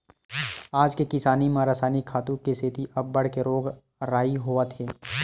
आज के किसानी म रसायनिक खातू के सेती अब्बड़ के रोग राई होवत हे